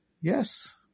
yes